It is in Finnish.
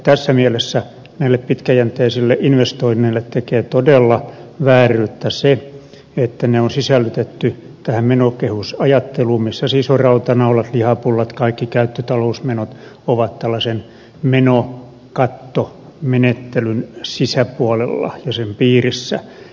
tässä mielessä näille pitkäjänteisille investoinneille tekee todella vääryyttä se että ne on sisällytetty menokehysajatteluun missä siis rautanaulat lihapullat kaikki käyttötalousmenot ovat tällaisen menokattomenettelyn sisäpuolella ja sen piirissä